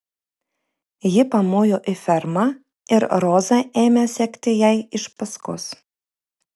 ji pamojo į fermą ir roza ėmė sekti jai iš paskos